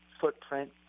footprint